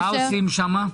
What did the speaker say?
מה עושים שם?